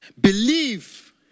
believe